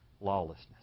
lawlessness